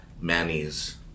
Manny's